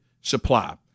supply